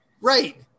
Right